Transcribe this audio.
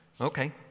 Okay